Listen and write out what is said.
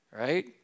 Right